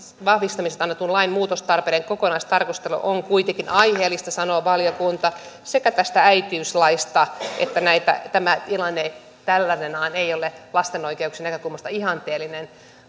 vahvistamisesta annetun lain muutostarpeiden kokonaistarkastelu on kuitenkin aiheellista sanoo valiokunta sekä tästä äitiyslaista että tämä tilanne tällaisenaan ei ole lasten oikeuksien näkökulmasta ihanteellinen